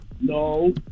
No